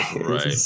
right